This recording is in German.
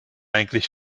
eigentlich